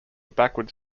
backward